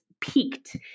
peaked